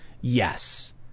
yes